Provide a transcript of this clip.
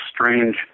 strange